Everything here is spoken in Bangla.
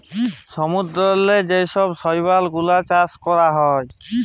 সমুদ্দূরেল্লে যে ছব শৈবাল গুলাল চাষ ক্যরা হ্যয়